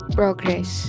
progress